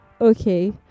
okay